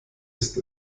ist